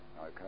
Okay